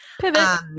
Pivot